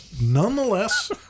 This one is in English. nonetheless